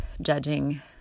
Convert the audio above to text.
judging